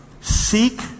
seek